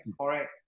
Correct